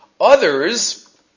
others